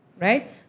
right